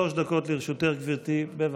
שלוש דקות לרשותך, גברתי, בבקשה.